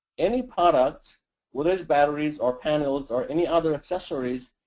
any product where there's batteries, or panels, or any other accessories,